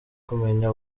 kumenya